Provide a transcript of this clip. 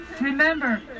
remember